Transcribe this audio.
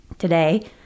Today